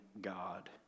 God